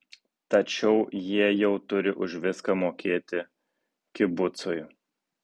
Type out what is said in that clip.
tačiau jie jau turi už viską mokėti kibucui